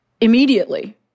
immediately